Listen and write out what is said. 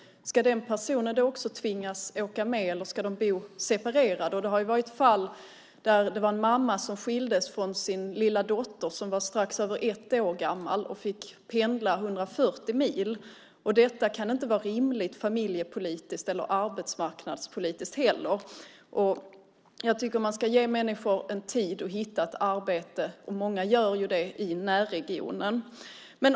Ska den personen då också tvingas åka med, eller ska de bo separerade? Det har funnits fall som det där en mamma skildes från sin lilla dotter, som var strax över ett år gammal, och fick pendla 140 mil. Detta kan inte vara rimligt familjepolitiskt, och inte heller arbetsmarknadspolitiskt. Jag tycker att man ska ge människor tid att hitta ett arbete, och många gör det i närregionen.